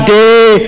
day